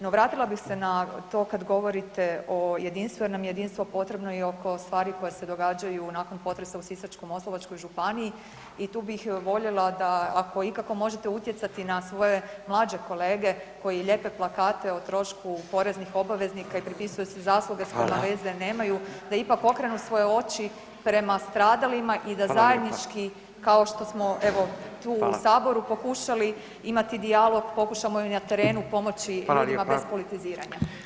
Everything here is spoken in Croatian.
No vratila bih se na to kad govorite o jedinstvu jer nam je jedinstvo potrebo i oko stvari koje se događaju nakon potresa u Sisačko-moslavačkoj županiji i tu bih voljela da ako ikako možete utjecati na svoje mlađe kolege koji lijepe plakate o trošku poreznih obaveznika i pripisuju si zasluge s kojima veze nemaju [[Upadica: Hvala.]] da ipak okrenu svoje oči prema stradalima i da zajednički kao što smo evo tu u saboru [[Upadica: Hvala.]] pokušali imati dijalog pokušamo i na terenu pomoći ljudima bez politiziranja.